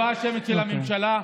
הצבעה שמית של הממשלה.